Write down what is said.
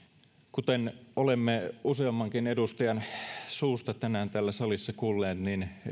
kuten olemme useammankin edustajan suusta tänään täällä salissa kuulleet